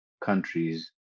countries